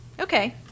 Okay